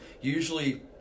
usually